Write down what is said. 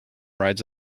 rides